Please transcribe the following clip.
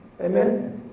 Amen